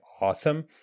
awesome